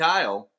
Kyle